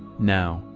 now,